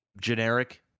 generic